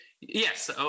Yes